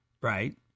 right